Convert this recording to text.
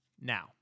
Now